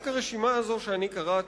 רק הרשימה הזאת שקראתי,